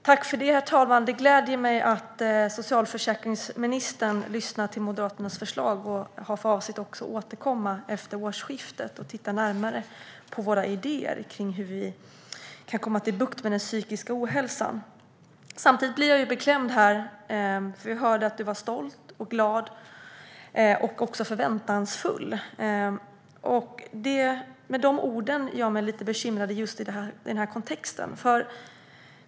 Herr talman! Det gläder mig att socialförsäkringsministern lyssnar på Moderaternas förslag, att hon har för avsikt att återkomma efter årsskiftet och titta närmare på våra idéer för hur man kan få bukt med den psykiska ohälsan. Samtidigt blir jag beklämd. Vi hörde att ministern var stolt och glad och även förhoppningsfull. De orden gör mig lite bekymrad i den här kontexten.